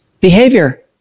behavior